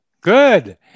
Good